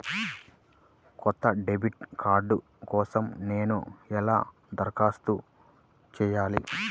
కొత్త debit card కోసం నేను ఎలా దరఖాస్తు చేయాలి?